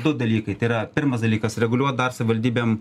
du dalykai tai yra pirmas dalykas reguliuot dar savivaldybėm